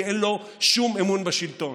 כי אין לו שום אמון בשלטון.